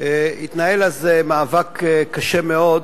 התנהל מאבק קשה מאוד